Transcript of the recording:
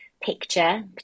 picture